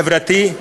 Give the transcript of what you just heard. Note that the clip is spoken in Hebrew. החברתי,